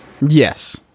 Yes